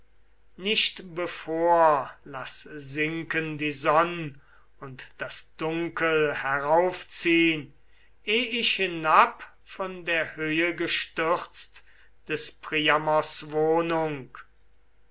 nicht bevor laß sinken die sonn und das dunkel heraufziehn eh ich hinab von der höhe gestürzt des priamos wohnung